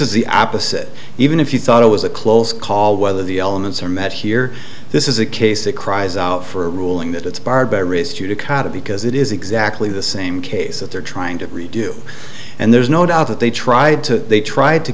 is the opposite even if you thought it was a close call whether the elements are met here this is a case that cries out for a ruling that it's barbarous judicata because it is exactly the same case that they're trying to redo and there's no doubt that they tried to they tried to